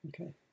Okay